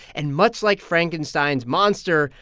and much like frankenstein's monster,